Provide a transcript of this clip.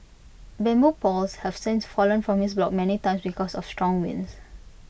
bamboo poles have since fallen from his block many times because of strong winds